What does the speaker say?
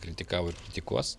kritikavo ir kritikuos